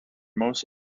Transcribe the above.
most